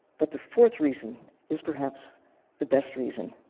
but the fourth reason is perhaps the best reason.